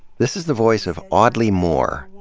this is the voice of audley moore,